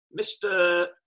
Mr